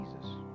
Jesus